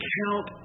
count